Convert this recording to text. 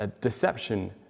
deception